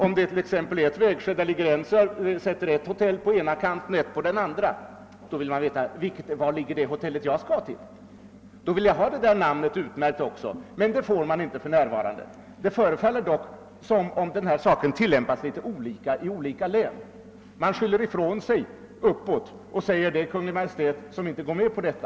Om vid ett vägskäl det ligger ett hotell på den ena kanten och ett hotell på den andra ställer man sig frågan: Var ligger det hotell jag skall till? Då vill jag ha detta namn utmärkt, men för närvarande får jag inte detta. Det förefaller dock som om denna sak tillämpas litet olika i olika län. Man skyller ifrån sig uppåt och säger att Kungl. Maj:t inte går med på detta.